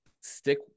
stick